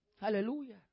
Hallelujah